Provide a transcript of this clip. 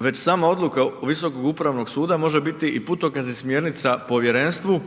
već sama odluka Visokog upravnog suda može biti i putokaz i smjernica povjerenstvu